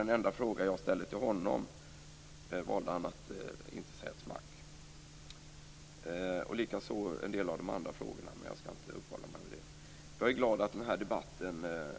Den enda fråga jag ställde till honom valde han att inte säga ett smack om. Det gäller likaså en del av de andra frågorna. Jag skall inte uppehålla mig vid det. Jag är glad att denna debatt